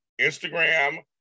Instagram